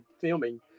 filming